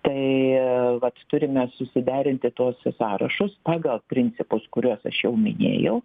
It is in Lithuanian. tai vat turime susiderinti tuos jų sąrašus pagal principus kuriuos aš jau minėjau